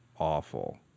Awful